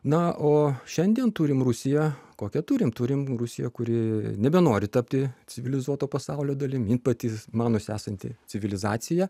na o šiandien turime rusiją kokią turim turim rusiją kuri nebenori tapti civilizuoto pasaulio dalimi pati manosi esanti civilizacija